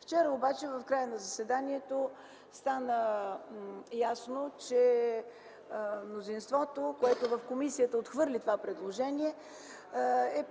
Вчера обаче в края на заседанието стана ясно, че мнозинството, което в комисията отхвърли нашето предложение,